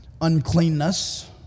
uncleanness